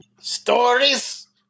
Stories